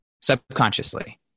subconsciously